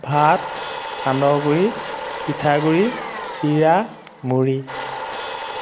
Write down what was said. ভাত সান্দহগুড়ি পিঠাগুড়ি চিৰা মুড়ি